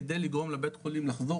כדי לגרום לבית חולים לחזור,